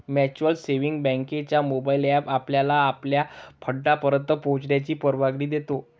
mutual savings बँकेचा mobile app आपल्याला आपल्या फंडापर्यंत पोहोचण्याची परवानगी देतो